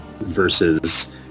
versus